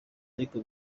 ariko